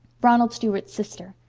ronald stuart's sister.